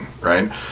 right